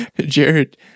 Jared